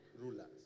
Rulers